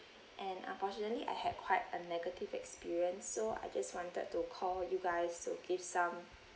and unfortunately I had quite a negative experience so I just wanted to call you guys to give some